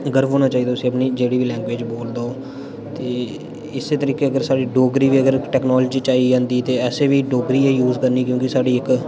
गर्व होना चाहिदा उसी अपनी जेह्ड़ी बी लैंग्वेज़ बोलदा ओह् ते इस्सै तरीके अगर साढ़ी डोगरी जेकर टेक्नोलॉजी च आई जन्दी ते असें बी डोगरी गै यूज़ करनी क्योंकि साढी इक